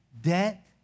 debt